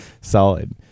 solid